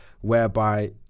whereby